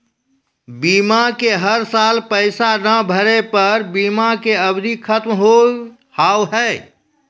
बीमा के हर साल पैसा ना भरे पर बीमा के अवधि खत्म हो हाव हाय?